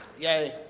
Yay